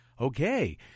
Okay